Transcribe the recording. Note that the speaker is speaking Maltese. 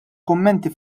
kummenti